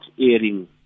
airing